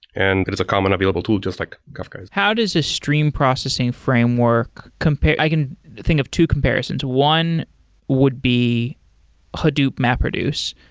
and it's a common available tool just like kafka is how does a stream processing framework compare i can think of two comparisons. one would be hadoop mapreduce.